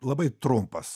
labai trumpas